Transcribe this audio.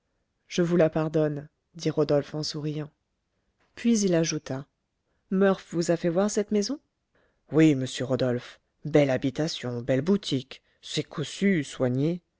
je vous la pardonne dit rodolphe en souriant puis il ajouta murph vous a fait voir cette maison oui monsieur rodolphe belle habitation belle boutique c'est cossu soigné